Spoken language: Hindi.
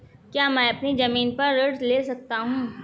क्या मैं अपनी ज़मीन पर ऋण ले सकता हूँ?